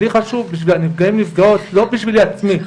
לי חשוב בשביל הנפגעים והנפגעות, לא בשבילי עצמי,